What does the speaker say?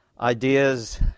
ideas